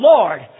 Lord